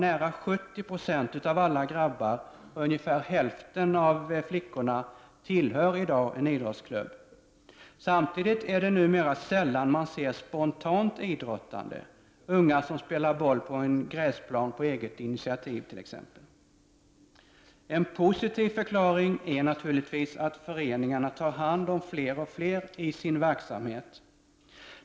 Nära 70 90 av alla grabbar och ungefär hälften av alla flickor tillhör i dag en idrottsklubb. Samtidigt är det numera sällan man ser spontant idrottande — t.ex. ungar som på eget initiativ spelar boll på en gräsplan. En positiv förklaring är naturligtvis att föreningarna tar hand om fler och fler i sin verksamhet.